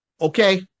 okay